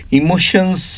emotions